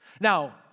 Now